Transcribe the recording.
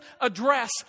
address